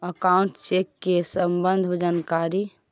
Account check के सम्बन्ध जानकारी?